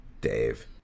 Dave